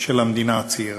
של המדינה הצעירה.